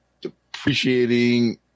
depreciating